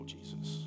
Jesus